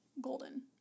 golden